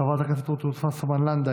חברת הכנסת רות וסרמן לנדה,